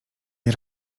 jej